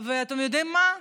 אבל אתם יודעים מה?